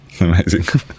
Amazing